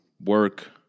work